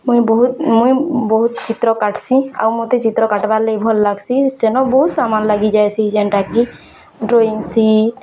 ମୁଇଁ ବହୁତ୍ ମୁଇଁ ବହୁତ୍ ଚିତ୍ର କାଟ୍ସି ଆଉ ମତେ ଚିତ୍ର କାଟବାର୍ ଲାଗି ଭଲ୍ ଲାଗ୍ସି ସେନ ବହୁତ୍ ସାମାନ୍ ଲାଗିଯାଏସିଁ ଯେଣ୍ଟା କି ଡ଼୍ରଇଁସିଟ୍